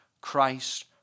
Christ